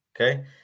okay